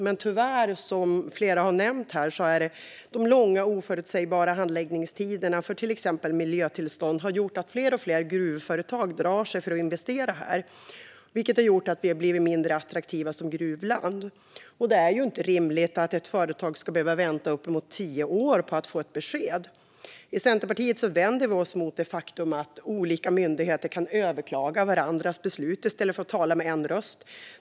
Men tyvärr, som flera har nämnt här, har långa och oförutsägbara handläggningstider för till exempel miljötillstånd gjort att fler och fler gruvföretag drar sig för att investera här. Det har gjort att vi i dag har blivit mindre attraktiva som gruvland. Det är inte rimligt att ett företag ska behöva vänta uppemot tio år på att få ett besked. I Centerpartiet vänder vi oss mot det faktum att olika myndigheter kan överklaga varandras beslut i stället för att tala med en röst.